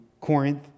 Corinth